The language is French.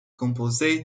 composé